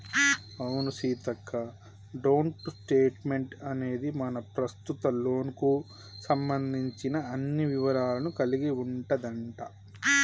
అవును Seethakka don't statement అనేది మన ప్రస్తుత లోన్ కు సంబంధించిన అన్ని వివరాలను కలిగి ఉంటదంట